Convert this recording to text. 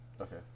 Okay